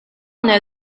know